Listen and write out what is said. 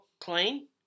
clean